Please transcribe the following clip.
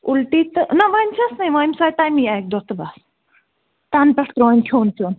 اُلٹی تہٕ نَہ وۄنۍ چھیٚس نہٕ یوان أمس آے تٔمے اکہ دۄہ تہٕ بس تنہٕ پٮ۪ٹھ ترٛوو أمۍ کھیٛون چیٛون